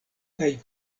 kaj